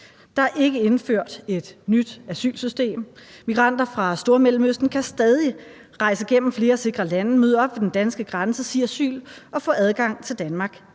Der er ikke indført et nyt asylsystem, migranter fra Stormellemøsten kan stadig rejse gennem flere sikre lande, møde op ved den danske grænse, sige asyl og få adgang til Danmark.